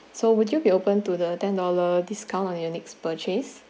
so would you be open to the ten dollar discount on your next purchase